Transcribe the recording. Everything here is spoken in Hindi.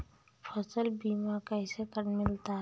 फसल बीमा कैसे मिलता है?